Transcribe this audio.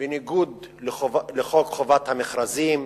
בניגוד לחוק חובת המכרזים